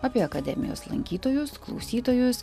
apie akademijos lankytojus klausytojus